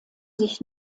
sich